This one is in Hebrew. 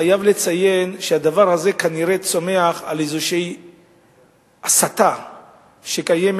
חייב לציין שהדבר הזה כנראה צומח על איזו הסתה שקיימת